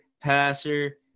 passer